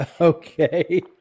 Okay